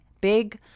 big